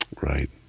Right